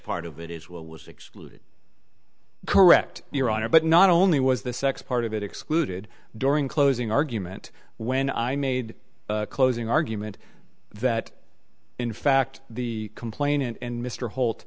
part of it as well was excluded correct your honor but not only was the sex part of it excluded during closing argument when i made a closing argument that in fact the complainant and mr holt